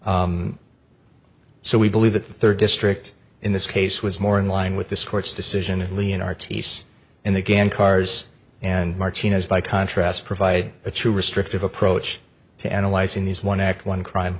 y so we believe that the third district in this case was more in line with this court's decision early in our ts in the game cars and martinez by contrast provide a true restrictive approach to analyzing these one act one crime